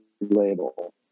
label